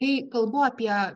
kai kalbu apie